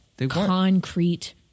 concrete